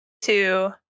two